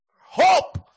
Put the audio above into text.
Hope